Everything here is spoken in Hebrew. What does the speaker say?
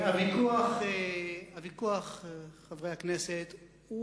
חברי הכנסת,